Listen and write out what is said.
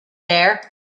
there